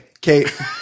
Kate